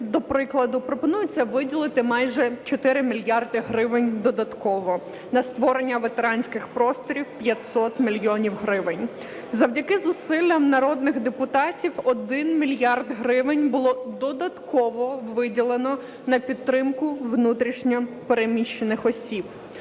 до прикладу, пропонується виділити майже чотири мільярди гривень додатково, на створення ветеранських просторів – 500 мільйонів гривень. Завдяки зусиллям народних депутатів один мільярд гривень було додатково виділено на підтримку внутрішньо переміщених осіб.